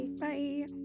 bye